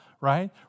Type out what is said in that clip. right